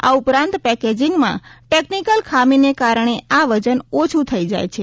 આ ઉપરાંત પેકેજિંગમાં ટેકનીકલ ખામીને કારણે આ વજન ઓછું થઈ શકે છે